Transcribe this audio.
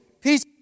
Peace